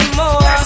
more